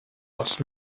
was